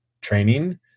training